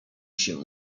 się